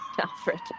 Alfred